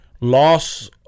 loss